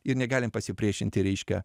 ir negalim pasipriešinti reiškia